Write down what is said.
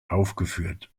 aufgeführt